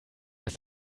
ist